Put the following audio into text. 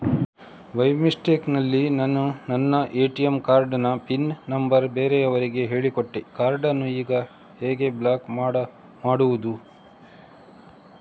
By mistake ನಲ್ಲಿ ನಾನು ನನ್ನ ಎ.ಟಿ.ಎಂ ಕಾರ್ಡ್ ನ ಪಿನ್ ನಂಬರ್ ಬೇರೆಯವರಿಗೆ ಹೇಳಿಕೊಟ್ಟೆ ಕಾರ್ಡನ್ನು ಈಗ ಹೇಗೆ ಬ್ಲಾಕ್ ಮಾಡುವುದು?